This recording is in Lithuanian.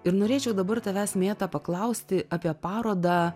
ir norėčiau dabar tavęs mėta paklausti apie parodą